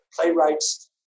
playwrights